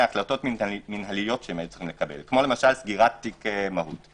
החלטות מינהליות שנאלצו לקבל כמו סגירת תיק מהו"ת.